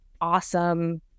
awesome